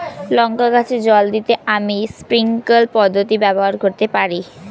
লঙ্কা গাছে জল দিতে আমি স্প্রিংকলার পদ্ধতি ব্যবহার করতে পারি?